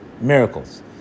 miracles